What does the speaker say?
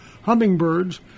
hummingbirds